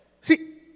see